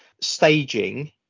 staging